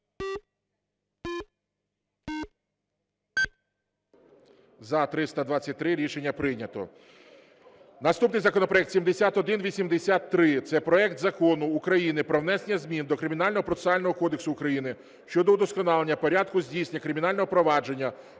За – 323 Рішення прийнято. Наступний законопроект 7183. Це проект Закону України про внесення змін до Кримінального процесуального кодексу України щодо удосконалення порядку здійснення кримінального провадження